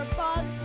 bug